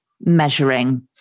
measuring